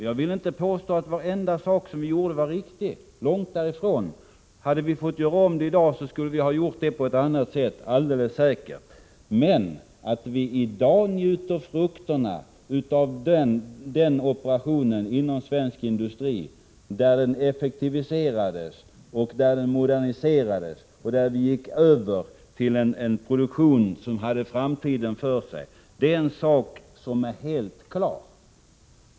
Jag vill inte påstå att varenda sak vi gjorde var riktig, långt därifrån. Hade vi fått göra om det i dag skulle vi ha gjort på ett annat sätt, alldeles säkert. Men att vii dag njuter frukterna av den operation som svensk industri genomgick då den effektiviserades, moderniserades och övergick till en produktion som har framtiden för sig är en sak som är helt klar.